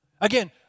Again